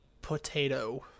potato